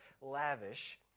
lavish